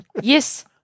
Yes